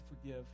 forgive